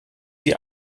die